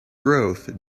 growth